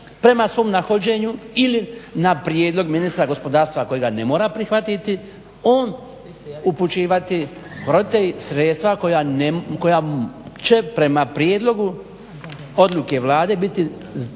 prema svom nahođenju ili na prijedlog ministra gospodarstva koji ga ne mora prihvatiti, on upućivati HROTE-i sredstva koja će prema prijedlogu odluke Vlade biti preko